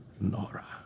Nora